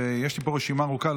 ויש לי פה רשימה ארוכה.